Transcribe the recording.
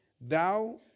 Thou